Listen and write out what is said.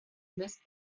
mist